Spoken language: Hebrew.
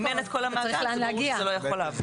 אם אין את כל המעגל, אז ברור שזה לא יכול לעבוד.